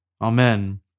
Amen